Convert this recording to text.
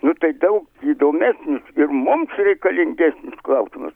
nu tai daug įdomesnis ir mums reikalingesnis klausimas